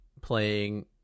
playing